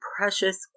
precious